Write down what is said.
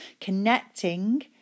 connecting